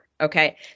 okay